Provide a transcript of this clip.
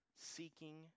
seeking